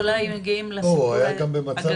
היו אולי עוצרים את זה קודם.